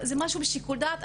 זה משהו בשיקול דעת.